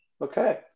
Okay